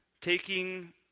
Taking